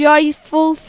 Joyful